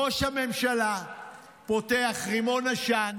ראש הממשלה פותח רימון עשן,